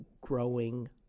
Growing